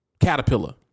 caterpillar